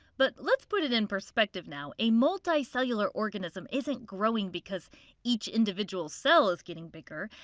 but let's put it in perspective now a multicellular organism isn't growing because each individual cell is getting bigger.